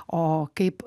o kaip